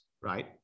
right